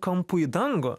kampu į dangų